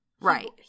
Right